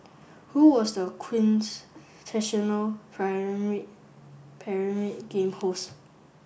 who was the Pyramid Pyramid Game host